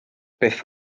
byth